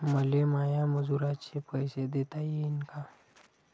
मले माया मजुराचे पैसे देता येईन का?